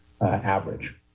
average